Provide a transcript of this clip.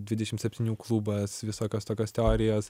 dvidešim septynių klubas visokios tokios teorijos